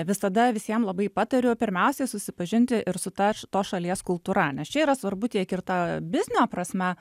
visada visiem labai patariu pirmiausiai susipažinti ir su ta tos šalies kultūra nes čia yra svarbu tiek ir ta biznio prasme